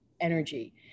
energy